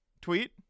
tweet